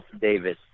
Davis